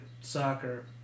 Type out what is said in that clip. soccer